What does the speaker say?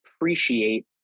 appreciate